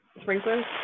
sprinklers